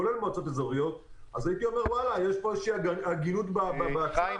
כולל למועצות אזוריות אז הייתי אומר שיש פה הגינות בהצעה.